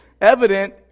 evident